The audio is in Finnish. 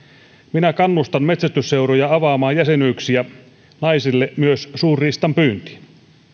minä kannustan metsästysseuroja avaamaan jäsenyyksiä naisille myös suurriistan pyyntiin